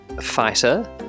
fighter